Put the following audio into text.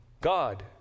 God